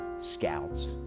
Scouts